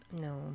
No